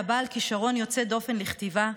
היה בעל כישרון יוצא דופן לכתיבה,